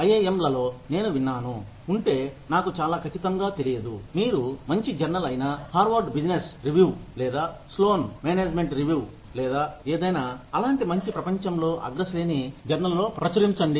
ఐఐఎంలలో నేను విన్నాను ఉంటే నాకు చాలా ఖచ్చితంగా తెలియదు మీరు మంచి జర్నల్ అయినా హార్వర్డ్ బిజినెస్ రివ్యూ లేదా Sloan మేనేజ్మెంట్ రివ్యూ లేదా ఏదైనా అలాంటి మంచి ప్రపంచంలో అగ్రశ్రేణి జర్నల్లో ప్రచురించడం